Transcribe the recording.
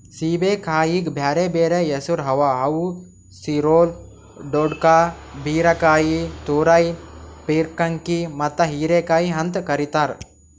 ಸೇಬೆಕಾಯಿಗ್ ಬ್ಯಾರೆ ಬ್ಯಾರೆ ಹೆಸುರ್ ಅವಾ ಅವು ಸಿರೊಳ್, ದೊಡ್ಕಾ, ಬೀರಕಾಯಿ, ತುರೈ, ಪೀರ್ಕಂಕಿ ಮತ್ತ ಹೀರೆಕಾಯಿ ಅಂತ್ ಕರಿತಾರ್